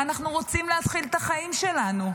אנחנו רוצים להתחיל את החיים שלנו.